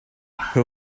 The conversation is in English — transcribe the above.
who